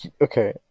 okay